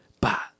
ba